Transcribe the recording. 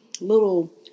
little